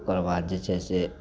ओकरबाद जे छै से